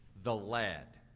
the lad.